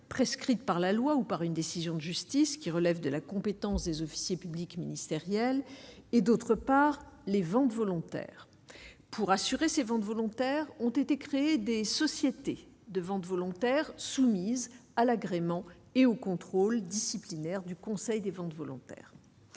prescrites par la loi ou par une décision de justice qui relève de la compétence des officiers publics ministériel et d'autre part, les ventes volontaires pour assurer ses ventes volontaires ont été créées, des sociétés de vente volontaire soumise à l'agrément et au contrôle disciplinaire du Conseil des ventes volontaires,